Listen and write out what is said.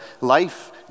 life